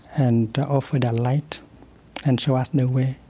and offer their light and show us new way,